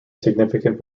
significant